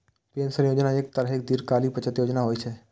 pension योजना एक तरहक दीर्घकालीन बचत योजना होइ छै